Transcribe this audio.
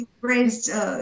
raised